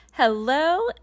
Hello